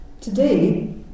Today